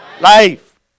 Life